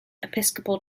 episcopal